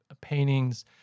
paintings